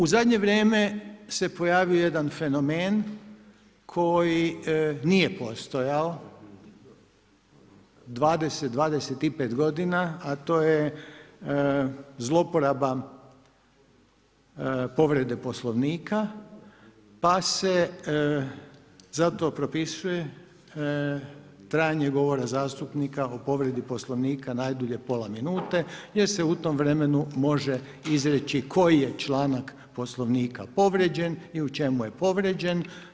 U zadnje vrijeme se pojavio jedan fenomen koji nije postojao 20, 25 godina a to je zlouporaba povrede Poslovnika, pa se zato propisuje trajanje govora zastupnika o povredi Poslovnika najdulje pola minute, jer se u tom vremenu može izreći koji je članak Poslovnika povrijeđen i u čemu je povrijeđen.